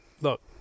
look